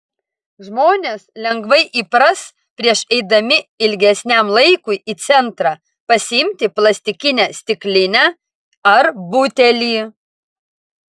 žmonės lengvai įpras prieš eidami ilgesniam laikui į centrą pasiimti plastikinę stiklinę ar butelį